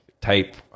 type